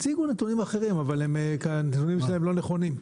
הציגו נתונים אחרים אבל הנתונים שלהם לא נכונים.